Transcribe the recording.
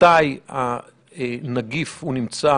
מתי הנגיף נמצא